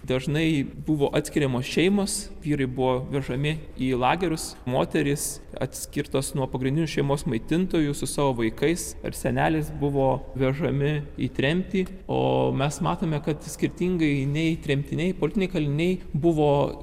dažnai buvo atskiriamos šeimos vyrai buvo vežami į lagerius moterys atskirtos nuo pagrindinių šeimos maitintojų su savo vaikais ir seneliais buvo vežami į tremtį o mes matome kad skirtingai nei tremtiniai politiniai kaliniai buvo